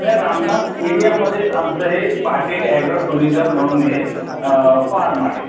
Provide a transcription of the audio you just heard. त्या रामनाथ एरियामध्येच आमचं हे पाटील ॲग्रो टुरिझम म्हणून हे फार्म आहे